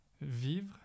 Vivre